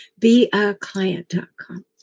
beaclient.com